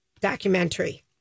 documentary